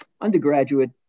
undergraduate